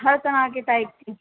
ہر طرح کے ٹائپ کی